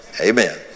Amen